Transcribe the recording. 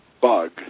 Bug